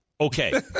Okay